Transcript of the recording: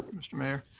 mr. mayor.